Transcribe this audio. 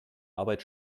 arbeit